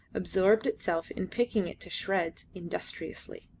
absorbed itself in picking it to shreds industriously.